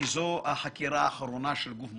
זו החקירה האחרונה של גוף מוסדי.